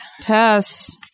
Tess